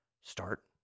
start